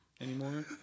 anymore